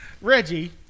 Reggie